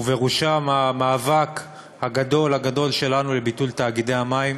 ובראשם המאבק הגדול הגדול שלנו לביטול תאגידי המים,